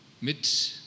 Mit